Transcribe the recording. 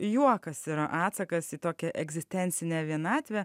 juokas yra atsakas į tokią egzistencinę vienatvę